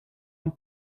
han